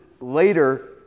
later